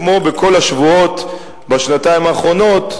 כמו בכל השבועות בשנתיים האחרונות,